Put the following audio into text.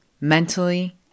mentally